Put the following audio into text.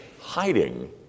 hiding